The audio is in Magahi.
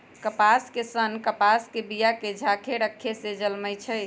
कपास के सन्न कपास के बिया के झाकेँ रक्खे से जलमइ छइ